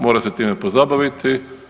Mora se time pozabaviti.